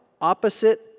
opposite